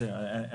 בסדר,